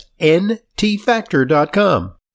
NTFactor.com